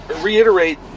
reiterate